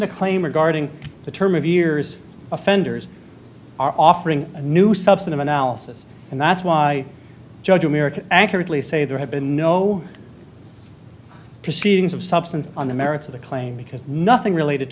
the claim regarding the term of years offenders are offering a new subset of analysis and that's why judge america accurately say there have been no proceedings of substance on the merits of the claim because nothing related